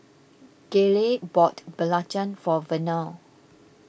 Gayle bought Belacan for Vernal